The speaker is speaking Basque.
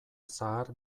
zahar